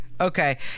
Okay